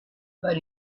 but